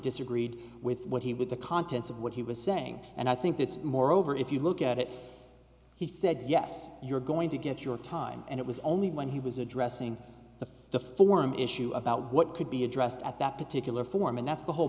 disagreed with what he with the contents of what he was saying and i think it's moreover if you look at it he said yes you're going to get your time and it was only when he was addressing the forum issue about what could be addressed at that particular form and that's the whole